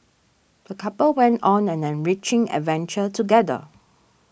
the couple went on an enriching adventure together